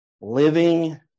living